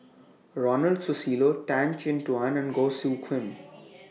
Ronald Susilo Tan Chin Tuan and Goh Soo Khim